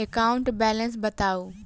account balance बताउ